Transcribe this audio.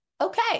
Okay